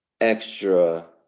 extra